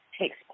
takes